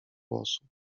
włosów